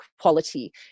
quality